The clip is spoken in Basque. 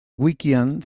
wikian